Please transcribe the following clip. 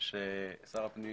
ששר הפנים